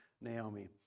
Naomi